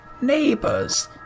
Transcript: neighbors